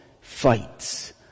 fights